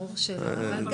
ברור שלא.